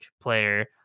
player